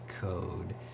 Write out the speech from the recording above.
code